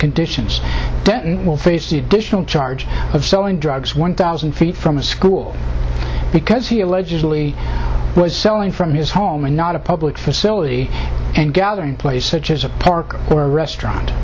conditions denton will face the additional charge of selling drugs one thousand feet from a school because he allegedly was selling from his home and not a public facility and gathering place such as a park or a restaurant